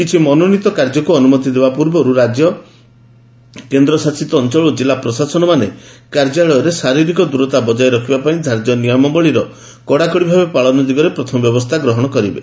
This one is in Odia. କିଛି ମନୋନୀତ କାର୍ଯ୍ୟକୁ ଅନୁମତି ଦେବା ପୂର୍ବରୁ ରାଜ୍ୟ କେନ୍ଦ୍ରଶାସିତ ଅଞ୍ଚଳ ଓ କିଲ୍ଲା ପ୍ରଶାସନମାନେ କାର୍ଯ୍ୟାଳୟରେ ଶାରୀରିକ ଦୂରତା ବଜାୟ ରଖାଯିବା ପାଇଁ ଧାର୍ଯ୍ୟ ନିୟମାବଳୀର କଡ଼ାକଡ଼ି ପାଳନ ଦିଗରେ ପ୍ରଥମେ ବ୍ୟବସ୍ଥା ଗ୍ରହଣ କରିବେ